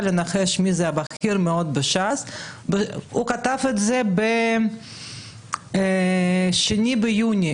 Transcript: לנחש מי זה בכיר מאוד בש"ס; הוא כתב את זה ב-2 ביוני,